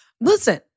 Listen